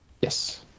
Yes